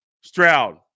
Stroud